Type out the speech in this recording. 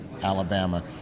Alabama